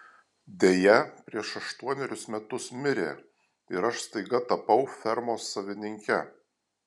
deja prieš aštuonerius metus mirė ir aš staiga tapau fermos savininke